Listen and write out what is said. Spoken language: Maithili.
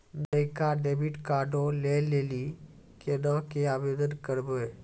नयका डेबिट कार्डो लै लेली केना के आवेदन करबै?